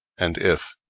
and if,